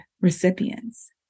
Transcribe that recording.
recipients